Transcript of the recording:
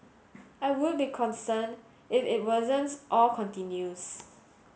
I would be concerned if it worsens or continues